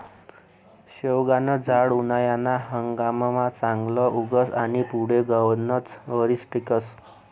शेवगानं झाड उनायाना हंगाममा चांगलं उगस आनी पुढे गनच वरीस टिकस